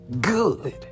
good